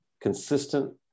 Consistent